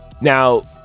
Now